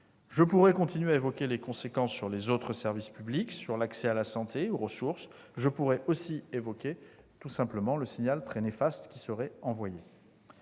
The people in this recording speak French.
Je pourrais continuer, évoquer les conséquences sur les autres services publics, sur l'accès à la santé, aux ressources. Je pourrais aussi évoquer le signal très néfaste qui serait envoyé.